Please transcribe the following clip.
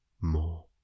more